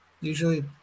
Usually